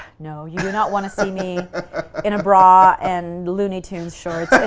no you do not want to see me in a bra and looney tunes shorts.